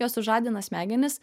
jos sužadina smegenis